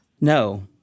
No